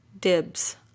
dibs